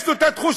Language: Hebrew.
יש לו תחושה,